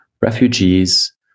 refugees